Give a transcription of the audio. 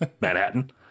manhattan